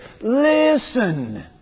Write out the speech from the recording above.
Listen